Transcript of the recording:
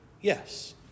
yes